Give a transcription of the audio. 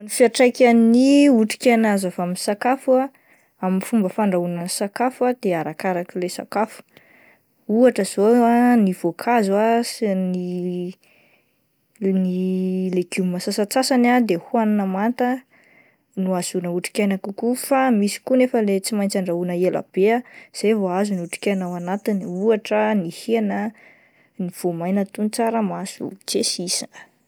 Ny fiantraikan'ny otrikaina azo avy amin'ny sakafo ah amin'ny fomba fandrahoana ny sakafo ah de arakaraka ilay sakafo, ohatra izao ah ny voankazo sy ny, sy ny legioma sasatsany ah de hoanina manta no ahazoana otrikaina kokoa fa misy koa nefa le tsy maintsy andrahoana ela be izay vao azo ny otrikaina ao anatiny ohatra ny hena, ny voamaina toy ny tsaramaso, tsiasisa.